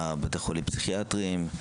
בתי החולים הפסיכיאטריים,